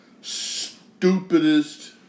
stupidest